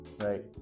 right